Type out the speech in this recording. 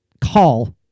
call